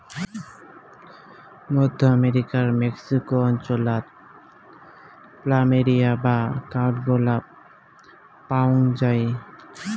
মধ্য আমেরিকার মেক্সিকো অঞ্চলাতে প্ল্যামেরিয়া বা কাঠগোলাপ পায়ং যাই